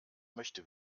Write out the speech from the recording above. möchte